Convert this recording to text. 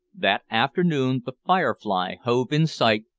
that afternoon the firefly hove in sight,